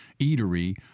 eatery